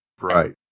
Right